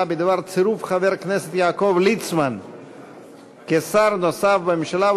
בדבר צירוף חבר הכנסת יעקב ליצמן כשר נוסף בממשלה,